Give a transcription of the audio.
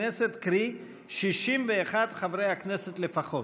הצביעו רוב חברי הכנסת, קרי 61 חברי כנסת לפחות.